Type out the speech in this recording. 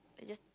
I just